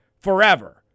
forever